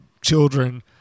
children